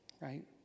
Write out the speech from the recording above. right